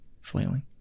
flailing